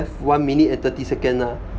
one minute and thirty second lah